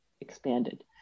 expanded